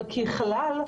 ככלל,